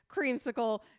creamsicle